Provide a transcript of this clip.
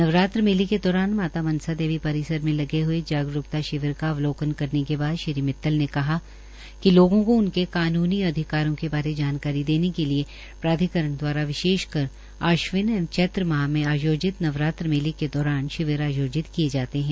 नवरात्र मेले के दौरान माता मनसा देव परिसर में लगे हए जागरूक्ता शिविर का अवलोकन करने के बाद श्री मित्तल कहा कि लोगों को उनके कानूनी अधिकारों के बारे जानकारी देने के लिए प्राधिकरण दवारा विशेषकर आश्विन एवं चैत्र माह में आयोजित नवरात्र मेले के दौरान शिविर आयोजित किए जाते है